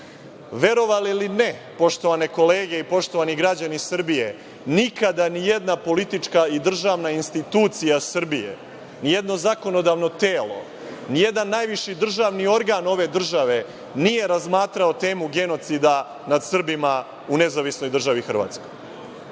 godina. Verovali ili ne, poštovane kolege i poštovani građani Srbije, nikada ni jedna politička i državna institucija Srbije, ni jedno zakonodavno telo, ni jedan najviši državni organ ove države nije razmatrao temu genocida nad Srbima u Nezavisnoj državi Hrvatskoj.